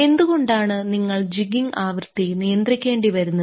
എന്തുകൊണ്ടാണ് നിങ്ങൾ ജിഗ്ഗിംഗ് ആവൃത്തി നിയന്ത്രിക്കേണ്ടി വരുന്നത്